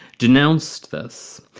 denounced this.